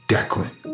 Declan